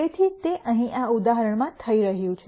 તેથી તે અહીં આ ઉદાહરણમાં થઈ રહ્યું છે